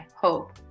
hope